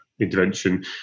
intervention